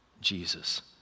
Jesus